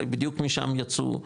הרי בדיוק משם יצאו,